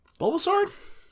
Bulbasaur